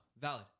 Valid